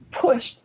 pushed